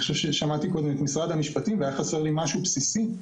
שמעתי קודם את משרד המשפטים והיה חסר לי משהו בסיסי.